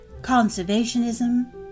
conservationism